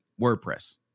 WordPress